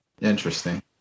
Interesting